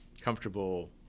comfortable